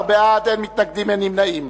14 בעד, אין מתנגדים, אין נמנעים.